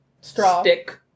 stick